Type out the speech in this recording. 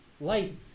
light